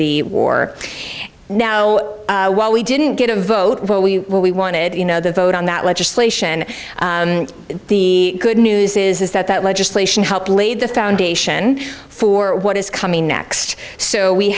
the war now while we didn't get a vote what we what we wanted you know the vote on that legislation the good news is that that legislation helped lay the foundation for what is coming next so we